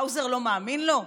האוזר לא מאמין לו?